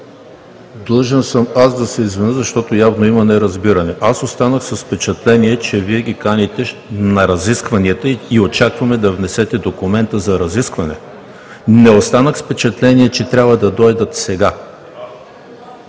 Длъжен съм да се извиня, защото явно има неразбиране. Останах с впечатление, че Вие ги каните на разискванията и очакваме да внесете документа за разискване. Не останах с впечатление, че трябва да дойдат сега.